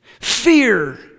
Fear